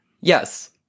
Yes